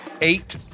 eight